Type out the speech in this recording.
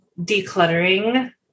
decluttering